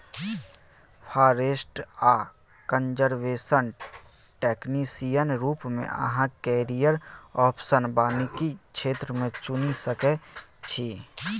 forest आ conservation technician रुप मे अहाँ कैरियर आप्शन बानिकी क्षेत्र मे चुनि सकै छी